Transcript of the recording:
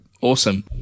Awesome